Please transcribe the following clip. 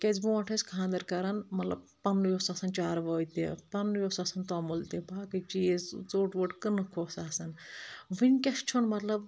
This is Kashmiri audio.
کِیازِ برونٛٹھ ٲسۍ خانٛدَر کَرَان مطلب پَنُنی یۄس آسَان چاروٲے تہِ پَنُنی اوس آسَن تومُل تہِ باقٕے چیٖز ژوٚٹ ووٚٹ کٕنُک اوس آسَان وٕنکیٚس چھُنہٕ مطلب